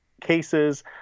cases